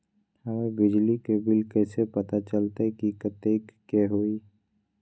हमर बिजली के बिल कैसे पता चलतै की कतेइक के होई?